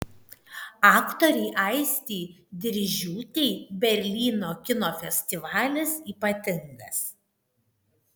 aktorei aistei diržiūtei berlyno kino festivalis ypatingas